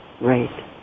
Right